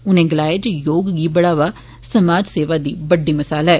उनें गलाया जे योग गी बढ़ावा समाज सेवा दी बड़डी मिसाल ऐ